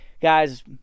Guys